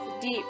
deep